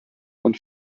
und